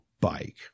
bike